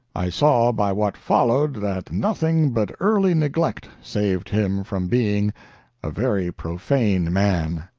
i saw by what followed that nothing but early neglect saved him from being a very profane man.